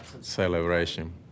celebration